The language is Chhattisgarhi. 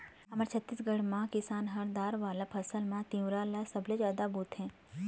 हमर छत्तीसगढ़ म किसान ह दार वाला फसल म तिंवरा ल सबले जादा बोथे